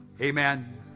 Amen